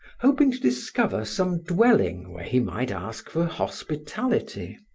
hoping to discover some dwelling where he might ask for hospitality.